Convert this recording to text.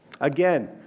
Again